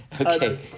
Okay